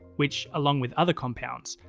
which, along with other compounds,